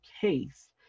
case